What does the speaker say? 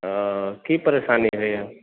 हॅं की परेशानी भेल